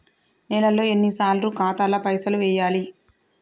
నెలలో ఎన్నిసార్లు ఖాతాల పైసలు వెయ్యాలి?